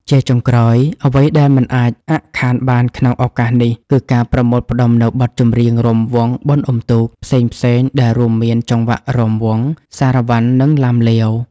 ជាចុងក្រោយ អ្វីដែលមិនអាចអាក់ខានបានក្នុងឱកាសនេះ គឺការប្រមូលផ្តុំនូវបទចម្រៀង រាំវង់បុណ្យអ៊ុំទូក ផ្សេងៗដែលរួមមានចង្វាក់រាំវង់ សារ៉ាវ៉ាន់ និងឡាំលាវ។